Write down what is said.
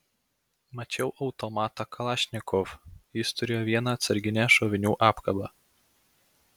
mačiau automatą kalašnikov jis turėjo vieną atsarginę šovinių apkabą